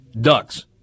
ducks